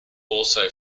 also